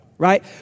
right